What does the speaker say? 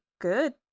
good